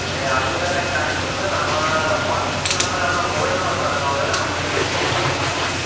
আরে আপনি তাহলে এক কাজ করবেন আমার হোয়াটসঅ্যাপ নম্বরে আপনার মোবাইল নম্বর পাঠাতে হবে না আপনি আপনার কিউ আর কোডটা পাঠিয়ে দেবেন